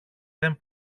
δεν